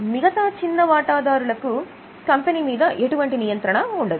మిగతా చిన్న వాటాదారులకు కంపెనీ మీద ఎటువంటి నియంత్రణ ఉండదు